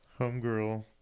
Homegirl